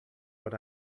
what